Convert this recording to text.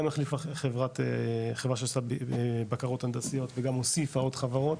גם החליפה חברה שעושה בקרות הנדסיות וגם הוסיפה עוד חברות.